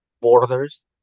borders